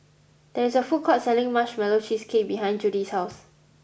there is a food court selling marshmallow cheesecake behind Judy's house